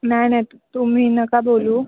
नाही नाही ना तुम्ही नका बोलू